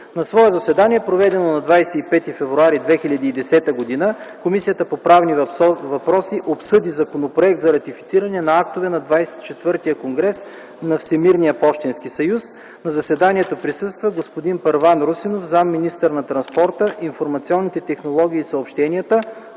„На свое заседание, проведено на 25 февруари 2010 г., Комисията по правни въпроси обсъди Законопроекта за ратифициране на актове на ХХІV конгрес на Всемирния пощенски съюз. На заседанието присъства господин Първан Русинов – заместник-министър на транспорта, информационните технологии и съобщенията,